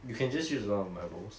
you can just use one of my bowls